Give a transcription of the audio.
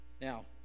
Now